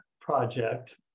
project